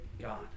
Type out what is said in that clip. God